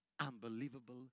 unbelievable